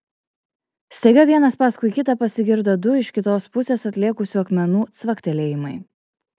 staiga vienas paskui kitą pasigirdo du iš kitos pusės atlėkusių akmenų cvaktelėjimai